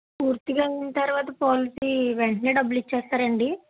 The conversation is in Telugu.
పూర్తిగా అయిన తర్వాత పాలసీ వెంటనే డబ్బులు ఇచ్చేస్తారా అండి